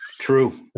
True